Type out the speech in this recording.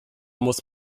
muss